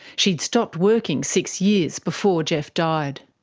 she'd stopped working six years before geoff died.